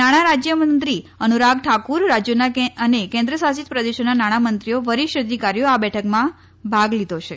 નાણા રાજયમંત્રી અનુરાગ ઠાકુર રાજયોના અને કેન્દ્ર શાસિત પ્રદેશોના નાણાં મંત્રીઓ વરીષ્ઠ અધિકારીઓએ આ બેઠકમાં ભાગ લીધો છે